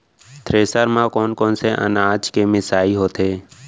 Thresher म कोन कोन से अनाज के मिसाई होथे?